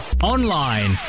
Online